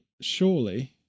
surely